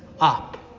up